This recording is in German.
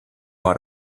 war